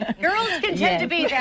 ah girls tend to be yeah